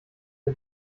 der